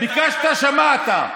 ביקשת, שמעת.